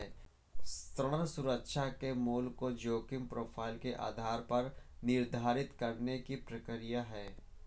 ऋण सुरक्षा के मूल्य को जोखिम प्रोफ़ाइल के आधार पर निर्धारित करने की प्रक्रिया है